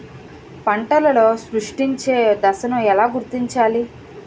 పంటలలో పుష్పించే దశను ఎలా గుర్తించాలి?